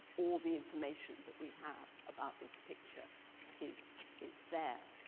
all the information that we have about this picture is is there.